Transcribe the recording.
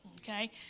okay